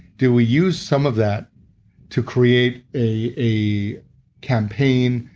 do we use some of that to create a a campaign,